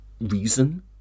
reason